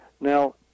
Now